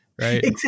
right